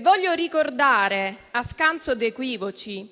Voglio ricordare, a scanso di equivoci,